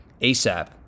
ASAP